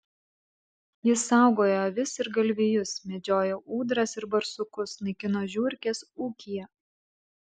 jis saugojo avis ir galvijus medžiojo ūdras ir barsukus naikino žiurkes ūkyje